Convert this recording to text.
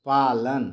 पालन